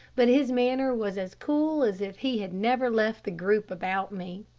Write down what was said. but his manner was as cool as if he had never left the group about me.